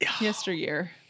Yesteryear